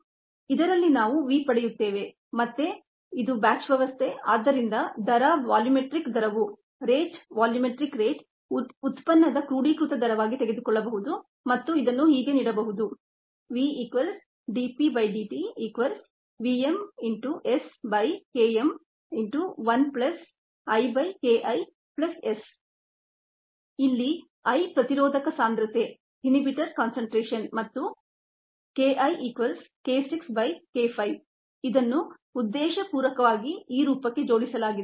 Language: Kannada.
ಇದರಲ್ಲಿ ನಾವು v ಪಡೆಯುತ್ತೇವೆ ಮತ್ತೆ ಇದು ಬ್ಯಾಚ್ ವ್ಯವಸ್ಥೆ ಆದ್ದರಿಂದ ವೊಲ್ಯೂಮೆಟ್ರಿಕ್ ರೇಟ್ ಅನ್ನು ಉತ್ಪನ್ನದ ಕ್ರೂಡೀಕೃತ ಪ್ರಮಾಣವಾಗಿ ತೆಗೆದುಕೊಳ್ಳಬಹುದು ಮತ್ತು ಇದನ್ನು ಹೀಗೆ ನೀಡಬಹುದು ಇಲ್ಲಿ I ಇನ್ಹಿಬಿಟೊರ್ ಕಾನ್ಸಂಟ್ರೇಶನ್ ಮತ್ತು ಇದನ್ನು ಉದ್ದೇಶಪೂರ್ವಕವಾಗಿ ಈ ರೂಪಕ್ಕೆ ಜೋಡಿಸಲಾಗಿದೆ